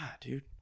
dude